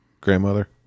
Grandmother